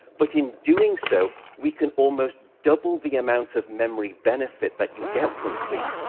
but in doing so, we can almost double the amount of memory benefit that you get from sleep.